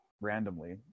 randomly